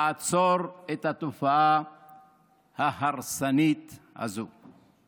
לעצור את התופעה ההרסנית הזו.